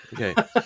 Okay